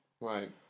Right